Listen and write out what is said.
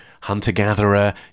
Hunter-Gatherer